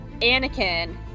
Anakin